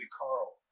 Carl